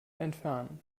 entfernen